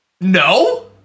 No